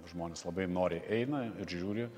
žmonės labai noriai eina ir žiūri